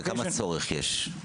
כמה צורך יש?